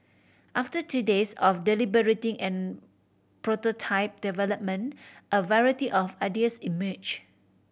after two days of deliberating and prototype development a variety of ideas emerge